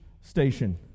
station